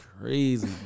crazy